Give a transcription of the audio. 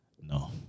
No